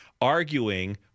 arguing